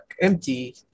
empty